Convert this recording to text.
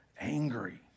angry